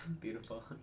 Beautiful